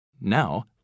Now